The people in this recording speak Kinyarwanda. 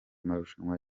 marushanwa